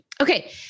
Okay